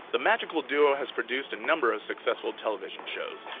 the magical duo has produced a number of successful television shows.